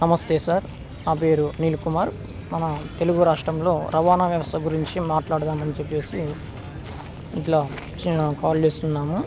నమస్తే సార్ నా పేరు అనీల్ కుమార్ మన తెలుగు రాష్ట్రంలో రవాణా వ్యవస్థ గురించి మాట్లాడదామని చెప్పేసి ఇట్లా కాల్ చేస్తున్నాము